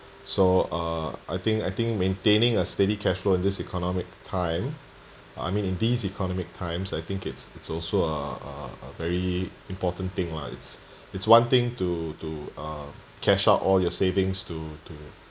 so uh I think I think maintaining a steady cash flow in this economic time I mean in these economic times I think it's it's also uh uh a very important thing lah it's it's one thing to to uh cash out all your savings to to